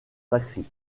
taxi